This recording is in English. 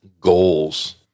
goals